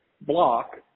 block